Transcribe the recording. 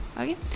okay